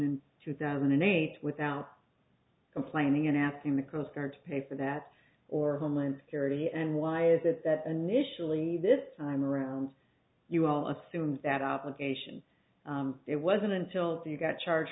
in two thousand and eight without complaining and asking the coast guard to pay for that or homeland security and why is it that initially this time around you all assumed that out occasions it wasn't until you got charged